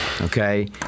Okay